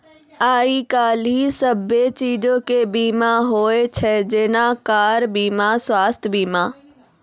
आइ काल्हि सभ्भे चीजो के बीमा होय छै जेना कार बीमा, स्वास्थ्य बीमा